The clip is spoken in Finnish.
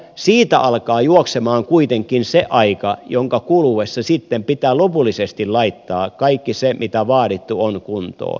siitä alkaa juoksemaan kuitenkin se aika jonka kuluessa pitää lopullisesti laittaa kaikki se mitä vaadittu on kuntoon